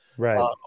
Right